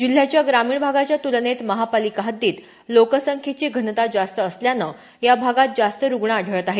जिल्ह्याच्या ग्रामीण भागाच्या तुलनेत महापालिका हद्दीत लोकसंख्येची घनता जास्त असल्यानं या भागात जास्त रुग्ण आढळत आहेत